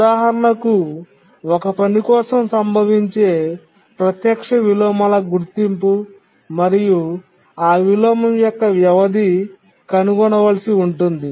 ఉదాహరణకు ఒక పని కోసం సంభవించే ప్రత్యక్ష విలోమాల గుర్తింపు మరియు ఆ విలోమం యొక్క వ్యవధి కనుగొనవలసి ఉంటుంది